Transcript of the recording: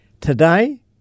Today